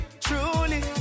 truly